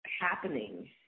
happening